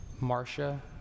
Marcia